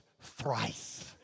thrice